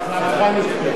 הצעתך נדחית.